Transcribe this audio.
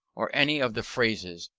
or any of the phrases,